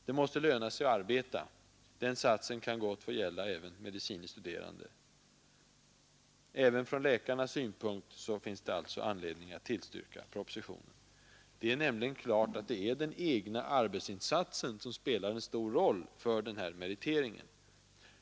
Det måste löna sig att arbeta — den satsen kan gott få gälla även för medicine studerande. Också från läkarnas synpunkt finns det alltså anledning att tillstyrka propositionen. Det är nämligen klart att den egna arbetsinsatsen spelar en stor roll för denna meritering.